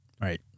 Right